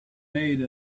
made